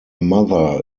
mother